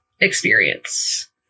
experience